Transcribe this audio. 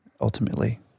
ultimately